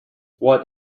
what